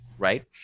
right